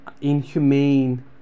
inhumane